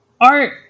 art